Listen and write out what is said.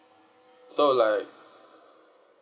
so like